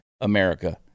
America